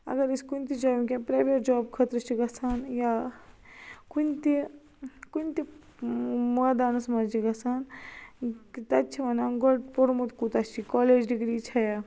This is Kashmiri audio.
اگر أسۍ کُنۍ تہِ جاے وٕنکین پرایویٹ جاب خٲطرٕ چھِ گژھان یا کُنۍ تہِ کُنۍ تہِ مٲدانس منٛز چھِ گژھان تتہِ چھِ ونان گۄڈٕ پوٚرمُت کوٗتاہ چھُی کالیج ڈِگری چھے یا